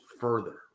further